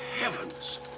heavens